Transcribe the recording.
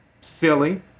silly